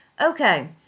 okay